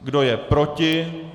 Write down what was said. Kdo je proti?